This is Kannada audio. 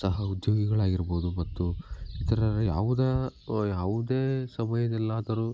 ಸಹ ಉದ್ಯೋಗಿಗಳಾಗಿರ್ಬೋದು ಮತ್ತು ಇತರರ ಯಾವುದ ಅವ ಯಾವುದೇ ಸಮಯದಲ್ಲಾದರೂ